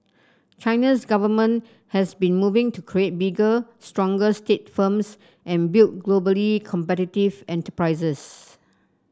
China's government has been moving to create bigger stronger state firms and build globally competitive enterprises